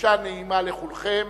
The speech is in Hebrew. חופשה נעימה לכולכם.